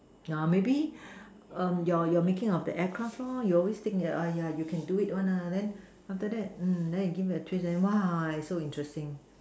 maybe your your making of the aircraft you always think that can do it one then after that mm give it a twist then !wow! it's so interesting